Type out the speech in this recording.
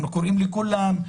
אנחנו קוראים לכולם,